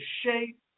shape